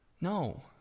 No